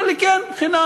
הוא אומר לי: כן, חינם.